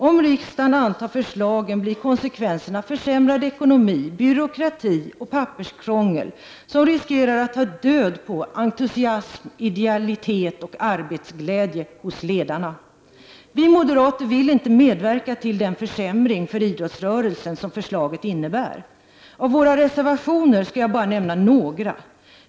Om riksdagen antar förslagen, blir konsekvenserna försämrad ekonomi, byråkrati och papperskrångel, som riskerar att ta död på entusiasm, idealitet och arbetsglädje hos ledarna. Vi moderater vill inte medverka till den försämring för idrottsrörelsen som förslaget innebär. Av våra reservationer skall jag bara nämna några.